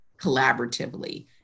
collaboratively